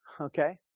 okay